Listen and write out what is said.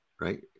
right